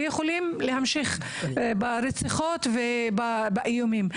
ושיכולים להמשיך ברציחות ובאיומים.